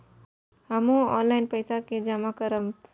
हमू ऑनलाईनपेसा के जमा करब?